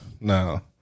No